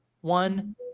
one